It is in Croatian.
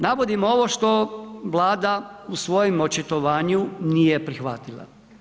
Navodim ovo što Vlada u svojem očitovanju nije prihvatila.